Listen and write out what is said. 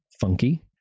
funky